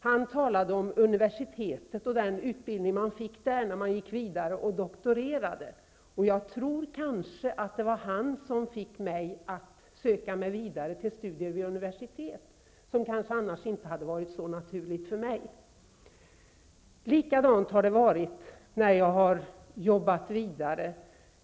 Han talade om universitetet och den utbildning som man fick där, om man gick vidare för att doktorera. Jag tror att det var han som fick mig att söka mig vidare till studier vid universitet, vilket annars kanske inte hade varit så naturligt för mig. Det var likadant när jag arbetade vidare.